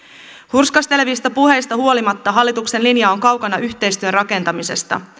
hurskastelevista puheista huolimatta hallituksen linja on kaukana yhteistyön rakentamisesta